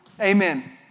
Amen